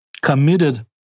committed